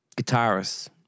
guitarist